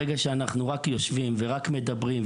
אם אנחנו רק יושבים ומדברים,